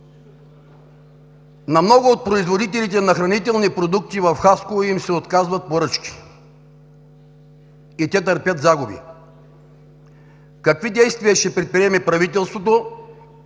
на много от производителите на хранителни продукти в Хасково им се отказват поръчки и те търпят загуби. Какви действия ще предприеме правителството